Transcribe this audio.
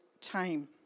time